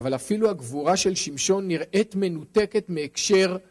אבל אפילו הגבורה של שמשון נראית מנותקת מהקשר